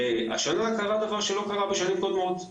והשנה קרה דבר שלא קרה בשנים קודמות,